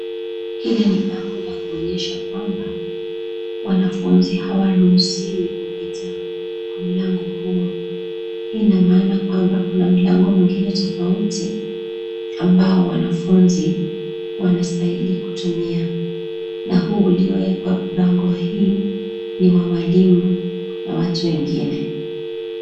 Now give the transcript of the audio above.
Hili ni bango la kuonyesha kwamba wanafunzi hawaruhusiwi kupita kwa mlango huo. Hii ina maana kwamba kuna mlango mwingine tofauti ambao wanafunzi wanastahili kutumia. Na huu uliowekwa bango hii ni wa walimu na watu wengine.